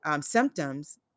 symptoms